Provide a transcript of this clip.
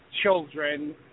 children